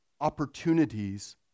opportunities